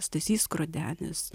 stasys skrodenis